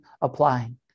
applying